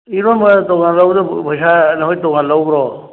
ꯏꯔꯣꯟꯕ ꯇꯣꯉꯥꯟꯅ ꯂꯧꯕꯗꯨ ꯄꯩꯁꯥ ꯅꯈꯣꯏ ꯇꯣꯉꯥꯟꯅ ꯂꯧꯕ꯭ꯔꯣ